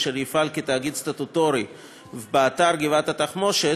אשר יפעל כתאגיד סטטוטורי באתר גבעת-התחמושת,